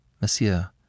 Monsieur